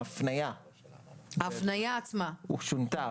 ההפניה שונתה,